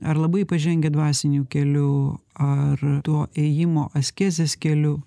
ar labai pažengę dvasiniu keliu ar tuo ėjimo askezės keliu